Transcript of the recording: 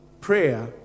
prayer